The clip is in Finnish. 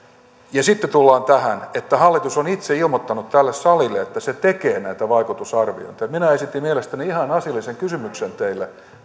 ja sitten tullaan tähän että hallitus on itse ilmoittanut tälle salille että se tekee näitä vaikutusarvioita minä esitin mielestäni ihan asiallisen kysymyksen teille